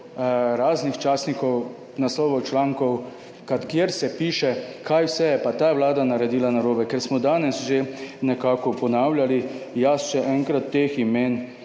raznih časnikov, naslovov člankov, kjer se piše kaj vse je pa ta Vlada naredila narobe, ker smo danes že nekako ponavljali. Jaz še enkrat, teh imen,